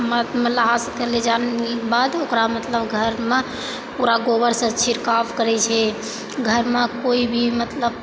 लाशके ले जानेके बाद ओकरामे मतलब घरमे पूरा गोबरसँ छिड़काव करै छै घरमे कोई भी मतलब